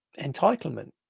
entitlement